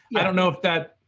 i don't know if that.